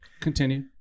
Continue